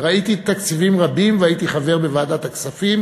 וראיתי תקציבים רבים והייתי חבר בוועדת הכספים